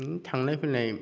बिदिनो थांनाय फैलाय